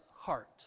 heart